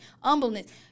humbleness